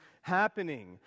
happening